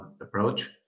approach